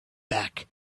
back